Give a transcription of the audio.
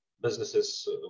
businesses